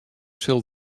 sil